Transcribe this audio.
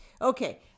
Okay